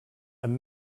amb